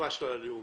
פשלה לאומית,